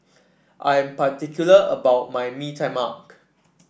I am particular about my Mee Tai Mak